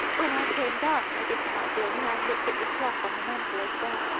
when i came down, ready for my journey, i looked at the clock on the mantel over there.